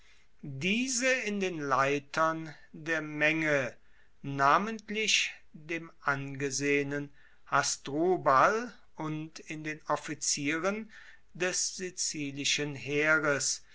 diese in den leitern der menge namentlich dem angesehenen hasdrubal und in den offizieren des sizilischen heeres